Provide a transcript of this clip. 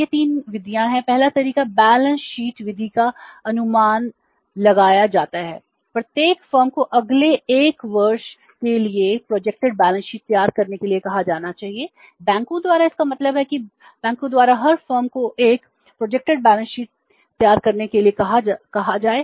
ये 3 विधियां हैं पहला तरीका बैलेंस शीट तैयार करने के लिए कहा जाए